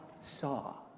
saw